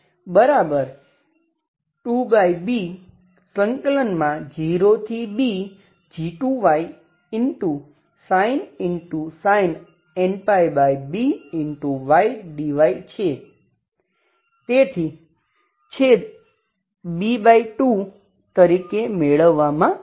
તેથી છેદ b2 તરીકે મેળવવામાં આવે છે